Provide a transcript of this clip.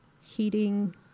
heating